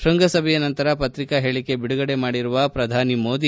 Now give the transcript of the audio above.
ಶ್ವಂಗಸಭೆಯ ನಂತರ ಪತ್ರಿಕಾ ಹೇಳಿಕೆ ಬಿಡುಗಡೆ ಮಾಡಿರುವ ಪ್ರಧಾನಿ ಮೋದಿ